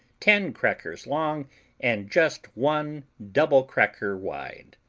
ten crackers long and just one double cracker wide.